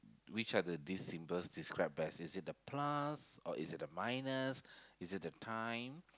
which are the these symbols describe best is it the plus or is it the minus is it the time